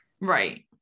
right